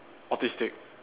autistic